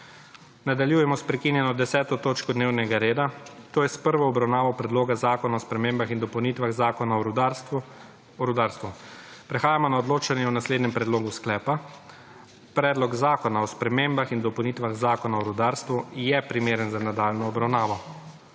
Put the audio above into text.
**Nadaljujemo s prekinjeno 10. točko dnevnega reda – prva obravnava Predloga zakona o spremembah in dopolnitvah Zakona o rudarstvu.** Prehajamo na odločanju o naslednjem predlogu sklepa: »Predlog zakona o spremembah in dopolnitvah Zakona o rudarstvu je primeren za nadaljnjo obravnavo.«